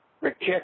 Rick